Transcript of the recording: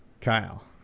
Kyle